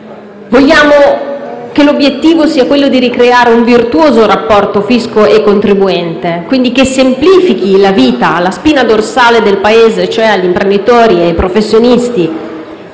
Vogliamo che l'obiettivo sia ricreare un virtuoso rapporto tra fisco e contribuente, che semplifichi quindi la vita alla spina dorsale del Paese, cioè agli imprenditori e ai professionisti,